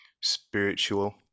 Spiritual